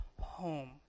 home